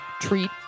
Treat